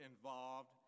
involved